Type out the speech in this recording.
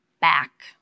back